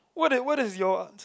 what is what is your answer